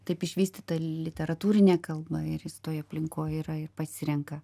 taip išvystyta literatūrinė kalba ir jis toj aplinkoj yra pasirenka